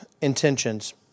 intentions